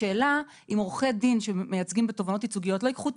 השאלה אם עורכי דין שמייצגים בתובענות ייצוגיות לא ייקחו את